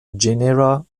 genera